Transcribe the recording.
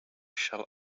shell